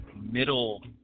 middle